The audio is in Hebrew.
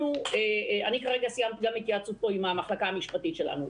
אני כרגע סיימתי גם התייעצות עם המחלקה המשפטית שלנו.